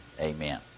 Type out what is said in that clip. Amen